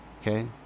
Okay